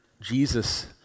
Jesus